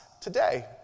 today